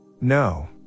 No